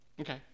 Okay